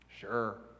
Sure